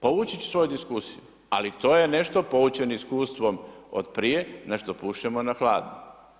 Povući ću svoju diskusiju ali to je nešto poučen iskustvom od prije, nešto pušemo na hladno.